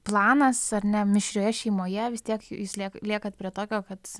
planas ar ne mišrioje šeimoje vis tiek jūs lie liekat prie tokio kad